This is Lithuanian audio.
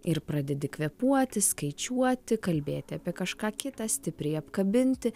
ir pradedi kvėpuoti skaičiuoti kalbėti apie kažką kitą stipriai apkabinti